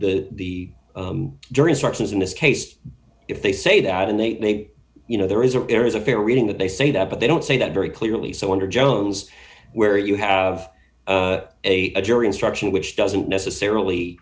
the the the jury instructions in this case if they say that and they you know there is a there is a fair reading that they say that but they don't say that very clearly so under jones where you have a jury instruction which doesn't necessarily